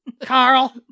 Carl